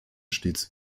stets